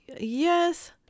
Yes